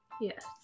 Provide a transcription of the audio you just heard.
Yes